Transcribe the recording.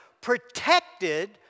protected